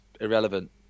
irrelevant